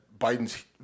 Biden's